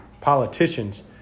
politicians